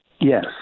Yes